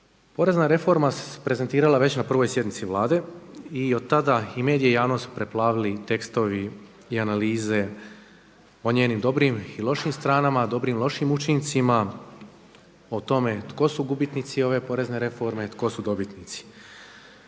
Porezna reforma se prezentirala već na prvoj sjednici Vlade i od tada su i medije i javnost preplavili tekstovi i analize o njenim dobrim i lošim stranama, dobrim i lošim učincima, o tome tko su gubitnici ove porezne reforme, tko su dobitnici.